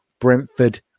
Brentford